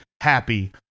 happy